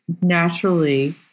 naturally